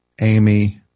Amy